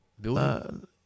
building